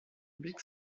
big